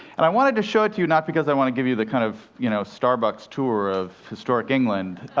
and i wanted to show it to you, not because i want to give you the kind of you know starbucks tour of historic england